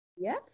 Yes